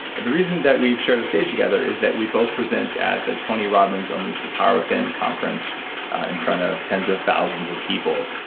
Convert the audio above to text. the reason that we've shared a stage together is that we both present at the tony robbins unleash the power within conference in front of tens of thousands of people.